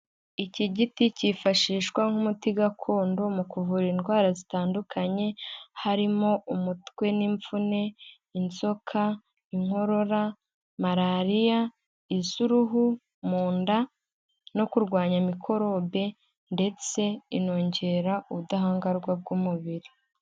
Iki giti cyifashishwa nk'umuti gakondo mu kuvura indwara zitandukanye, harimo umutwe n'imvune, inzoka, inkorora, malariya, iz'uruhu, mu nda no kurwanya mikorobe ndetse inongera ubudahangarwa bw'umubiri.